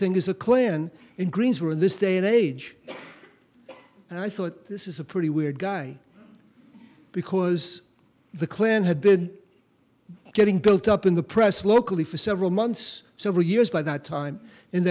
thing as a klan in greens were in this day and age and i thought this is a pretty weird guy because the klan had been getting built up in the press locally for several months several years by that time